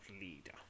leader